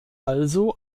also